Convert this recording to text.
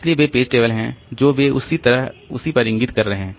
इसलिए वे page table हैं जो वे उसी तरह उसी पर इंगित कर रहे हैं